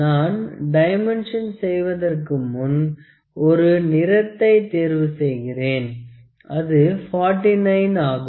நான் டைமென்ஷன் செய்வதற்கு முன் ஒரு நிறத்தை தேர்வு செய்கிறேன் அது 49 ஆகும்